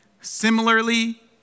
Similarly